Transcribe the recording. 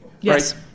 Yes